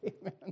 Amen